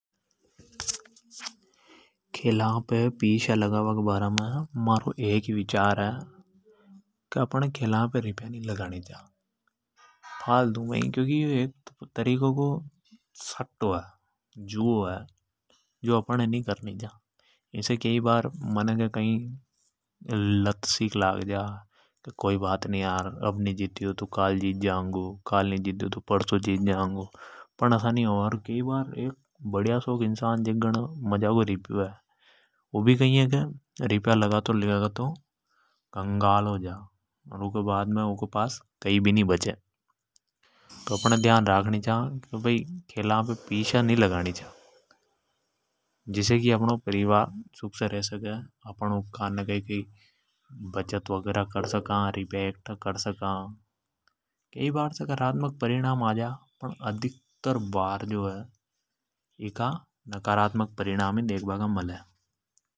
खेला पे पिश्या लगा पे महारो एक ही विचार है की पिस्या नि लगा नि चा। क्योंकि यो एक तरीका को सटटो है जुओ है। जो अपण नि करनी चा। इसे लत सिक् लगजा की आज नि जीत्यो तो काल जीत जानगा। पर से असा नि होवे कई बार। मजाको इंसान भी पिस्या लगातो लगातो बरबाद हो जा। तो अपण है ध्यान राख नि चा की खेला पे पस्यो नि लगानि चा। जिसे अपण अपना परिवार कान ने बचत भी कर सका। कई बार सकारातमक परिणाम देखबा का मल जा। फण अधिकतर बार नकारातमक परिणाम ही मले।